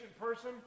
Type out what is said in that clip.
person